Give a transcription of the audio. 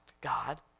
God